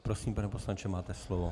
Prosím, pane poslanče, máte slovo.